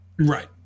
Right